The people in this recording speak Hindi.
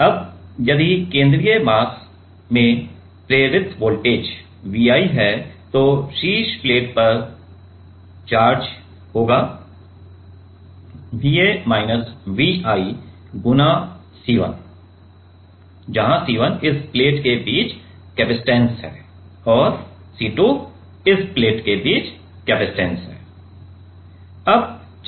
अब यदि केंद्रीय मास में प्रेरित वोल्टेज Vi हैतो शीर्ष प्लेट पर चार्ज होगा Va माइनस Vi गुणा C1 जहां C1 इस प्लेट के बीच कपसिटंस है और C2 इस प्लेट के बीच कपसिटंस है